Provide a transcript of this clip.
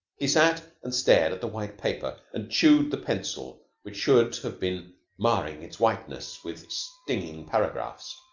he sat and stared at the white paper and chewed the pencil which should have been marring its whiteness with stinging paragraphs.